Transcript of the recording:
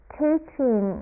teaching